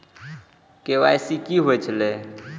KYC कि होई छल?